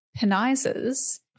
penises